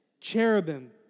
cherubim